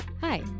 Hi